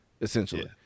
essentially